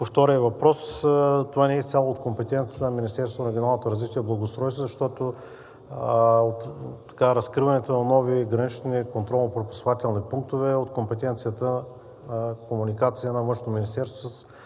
По втория въпрос, това не е изцяло в компетенцията на Министерството на регионалното развитие и благоустройството, защото разкриването на нови гранични контролно-пропускателни пунктове е от компетенцията и комуникациите на Външно министерство